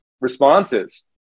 responses